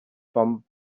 from